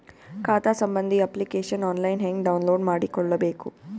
ಖಾತಾ ಸಂಬಂಧಿ application online ಹೆಂಗ್ ಡೌನ್ಲೋಡ್ ಮಾಡಿಕೊಳ್ಳಬೇಕು?